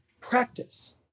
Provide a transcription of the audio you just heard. practice